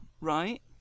right